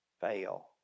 fail